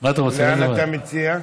לאן אתה מציע?